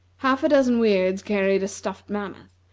half a dozen weirds carried a stuffed mammoth,